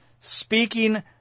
speaking